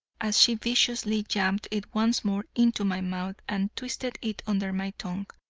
as she viciously jammed it once more into my mouth and twisted it under my tongue.